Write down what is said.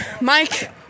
Mike